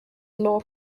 law